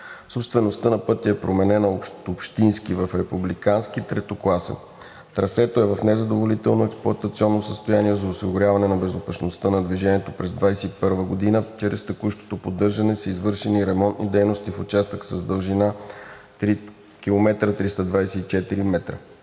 собствеността на пътя е променена от общински в републикански третокласен. Трасето е в незадоволително експлоатационно състояние за осигуряване на безопасността на движението. През 2021 г. чрез текущото поддържане са извършени ремонтни дейности в участък с дължина 3,324 км.